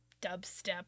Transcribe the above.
dubstep